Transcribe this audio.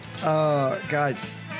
Guys